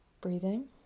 breathing